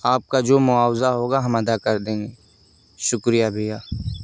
آپ کا جو معاوضہ ہوگا ہم ادا کر دیں گے شکریہ بھیّا